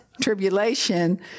tribulation